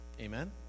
Amen